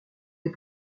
tes